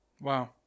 Wow